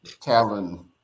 Talon